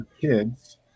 kids